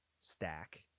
stack